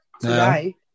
Today